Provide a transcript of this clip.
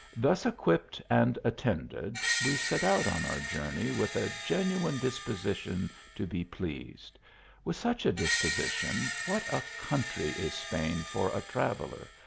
thus equipped and attended, we set out on our journey with a genuine disposition to be pleased with such a disposition, what a country is spain for a traveller,